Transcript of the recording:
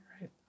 right